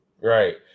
Right